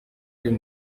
y’uyu